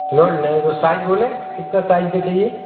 plot लेना तो size बोलें कितना साइज का चाहिए